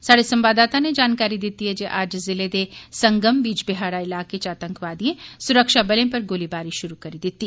साहड़े संवाददाता नै जानकारी दिती ऐ जे अज्ज जिले दे संगम बीजबीहाड़ा इलाके च आतंकियें सुरक्षाबलें उप्पर गोलीबारी शुरु करी दिती